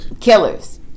Killers